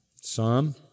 psalm